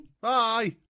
Bye